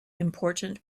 important